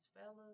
fellas